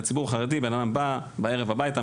בציבור החרדי הבן אדם בא בערב הביתה,